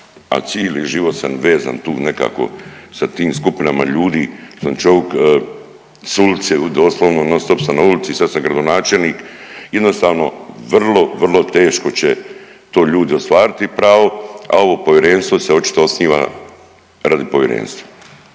a cili život sam vezan tu nekako sa tim skupinama ljudi jel sam čovik s ulice doslovno non stop sam na ulici i sad sam gradonačelnik jednostavno vrlo, vrlo teško će to ljudi ostvariti pravo, a ovo povjerenstvo se očito osniva radi povjerenstva.